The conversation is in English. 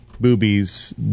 boobies